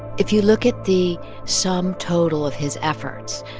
if you look at the sum total of his efforts,